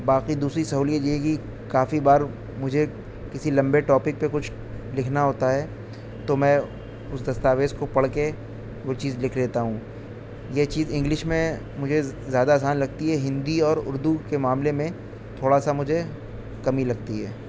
باقی دوسری سہولیت یہی ہے کافی بار مجھے کسی لمبے ٹاپک پہ کچھ لکھنا ہوتا ہے تو میں اس دستاویز کو پڑھ کے وہ چیز لکھ لیتا ہوں یہ چیز انگلش میں مجھے زیادہ آسان لگتی ہے ہندی اور اردو کے معاملہ میں تھوڑا سا مجھے کمی لگتی ہے